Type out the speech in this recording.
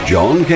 John